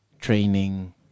training